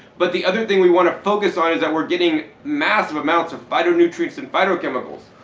but the other thing we want to focus on is that we're getting massive amounts of phytonutrients and phytochemicals.